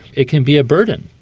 it can be a burden.